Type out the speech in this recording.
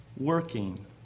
working